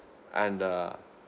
and uh